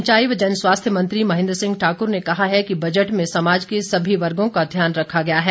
सिंचाई व जनस्वास्थ्य मंत्री महेन्द्र सिंह ठाकुर ने कहा है कि बजट में समाज के सभी वर्गों का ध्यान रखा गया है